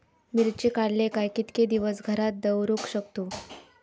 मिर्ची काडले काय कीतके दिवस घरात दवरुक शकतू?